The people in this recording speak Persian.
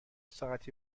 ساعتی